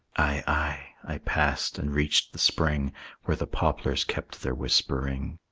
i passed and reached the spring where the poplars kept their whispering,